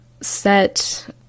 set